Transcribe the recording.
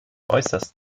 äußerst